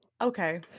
okay